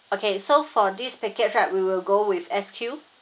okay so for this package right we will go with S_Q